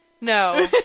No